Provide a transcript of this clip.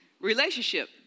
Relationship